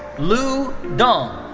lu dong.